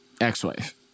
Ex-wife